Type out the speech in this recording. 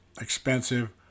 expensive